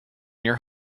your